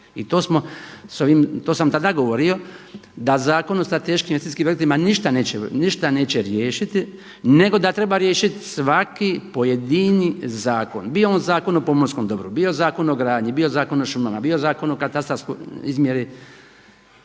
I to sam tada govorio da Zakon o strateškim investicijskim projektima ništa neće, ništa neće riješiti nego da treba riješiti svaki pojedini zakon, bio on zakon o pomorskom dobru, bio Zakon o gradnji, bio Zakon o šumama, bio Zakon o katastarskoj izmjeri,